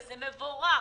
זה מבורך.